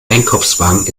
einkaufswagen